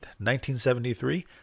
1973